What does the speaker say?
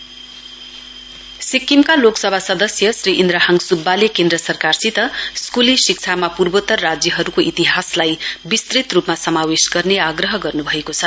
Sikkim MP NE history सिक्किमका लोकसभा सदस्य श्री इन्द्रहाङ सुब्बाले केन्द्र सरकारसित स्कूली शिक्षामा पूर्वोत्तर राज्यहरुको इतिहासलाई विस्तृत रुपमा समावोश गर्ने आग्रह गर्नुभएको छ